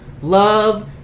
Love